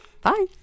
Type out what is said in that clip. Bye